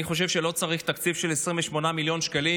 אני חושב שלא צריך תקציב של 28 מיליון שקלים